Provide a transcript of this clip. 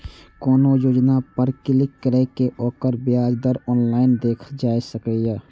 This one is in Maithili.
कोनो योजना पर क्लिक कैर के ओकर ब्याज दर ऑनलाइन देखल जा सकैए